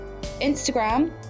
instagram